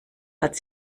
hat